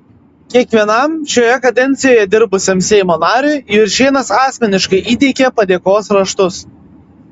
kiekvienam šioje kadencijoje dirbusiam seimo nariui juršėnas asmeniškai įteikė padėkos raštus